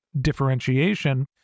differentiation